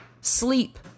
Sleep